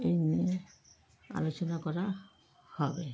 এই নিয়ে আলোচনা করা হবে